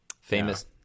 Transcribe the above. famous